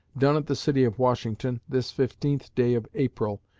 done at the city of washington, this fifteenth day of april,